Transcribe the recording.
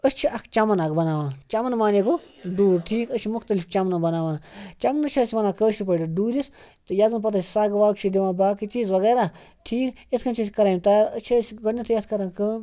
أسۍ چھِ اَکھ چَمن اکھ بَناوان چَمن مانے گوٚو ڈوٗر ٹھیٖک أسۍ چھِ مُختلِف چَمنہٕ بَناوان چَمنہٕ چھِ أسۍ وَنان کٲشِر پٲٹھۍ ڈوٗرِس تہٕ یَتھ زَن پَتہٕ أسۍ سَگ وَگ چھِ دِوان باقٕے چیٖز وغیرہ ٹھیٖک اِتھ کٔنۍ چھِ أسۍ کَران یِم تَیار أسۍ چھِ أسۍ گۄڈنٮ۪تھٕے یَتھ کَران کٲم